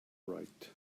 right